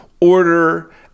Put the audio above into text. order